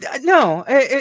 no